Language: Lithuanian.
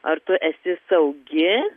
ar tu esi saugi